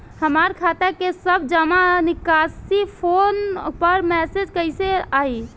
हमार खाता के सब जमा निकासी फोन पर मैसेज कैसे आई?